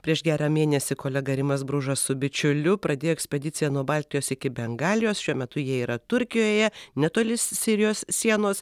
prieš gerą mėnesį kolega rimas bružas su bičiuliu pradėjo ekspediciją nuo baltijos iki bengalijos šiuo metu jie yra turkijoje netoli si sirijos sienos